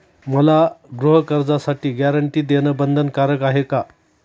मला गृहकर्जासाठी गॅरंटी देणं बंधनकारक आहे का?